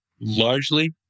largely